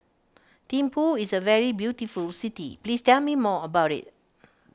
Thimphu is a very beautiful city please tell me more about it